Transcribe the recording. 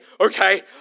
okay